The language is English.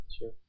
Sure